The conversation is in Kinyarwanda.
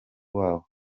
wabo